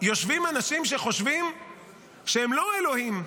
יושבים אנשים שחושבים שהם לא אלוהים,